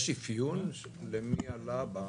יש אפיון למי עלה?